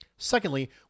Secondly